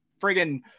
friggin